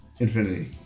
Infinity